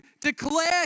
declare